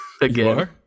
again